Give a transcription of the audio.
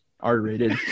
r-rated